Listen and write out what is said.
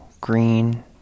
green